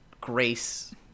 Grace